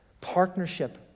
Partnership